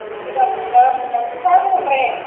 जी doctor साह्ब doctor साह्ब बोल रे ना